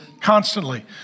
constantly